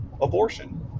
abortion